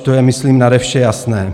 To je myslím nade vše jasné.